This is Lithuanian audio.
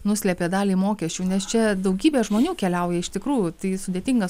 nuslėpė dalį mokesčių nes čia daugybė žmonių keliauja iš tikrųjų tai sudėtingas